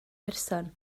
person